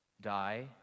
die